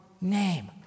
name